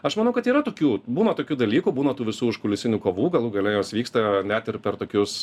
aš manau kad yra tokių būna tokių dalykų būna tų visų užkulisinių kovų galų gale jos vyksta net ir per tokius